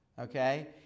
Okay